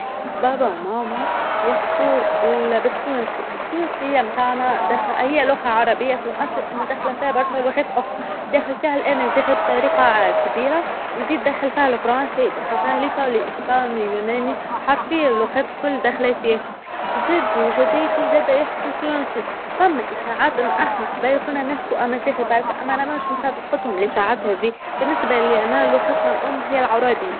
بابا وماما يحكوا بال-بالتونسي، التونسية متاعنا داخا هي لغة عربية في الأصل أما داخلة فيها برشا لغات أخرى داخلة فيها الأنغليزي بطريقة كبيرة وزيد دخل فيها الفرنسا دخل فيها الإيطالى أسبانى يوناني حرفيا لغات كل داخلة فيه، چدى وجدتى زادا يحكوا تونسي ثم اشاعات انو أحنا قبال كنا نحكى أما أنا مش مصدقتهم الإشاعات هاذي، أما بالنسبة لي انا لختنا الأم هي العربية.